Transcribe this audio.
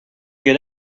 get